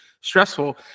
stressful